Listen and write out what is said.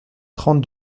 trente